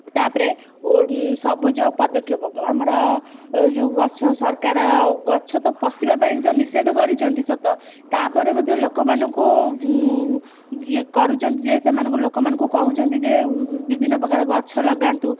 ତା'ପରେ ଓ ସବୁଜ ପଦକ୍ଷେପ ଆମର ଯେଉଁ ଗଛ ସରକାର ଗଛତ ପଶିବା ପାଇଁ ତ ନିଷେଧ କରିଛନ୍ତି ସତ ତା'ପରେ ମଧ୍ୟ ଲୋକମାନଙ୍କୁ କରୁଛନ୍ତି ଯିଏ ସେମାନଙ୍କୁ ଲୋକମାନଙ୍କୁ କହୁଛନ୍ତି ଯେ ବିଭିନ୍ନ ପ୍ରକାର ଗଛ ଲଗାନ୍ତୁ